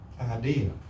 Idea